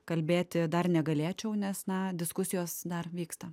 kalbėti dar negalėčiau nes na diskusijos dar vyksta